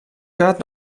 gaat